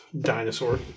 dinosaur